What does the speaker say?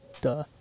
duh